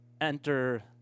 enter